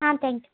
ஆ thank you